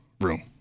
room